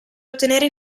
ottenere